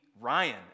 Ryan